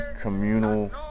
communal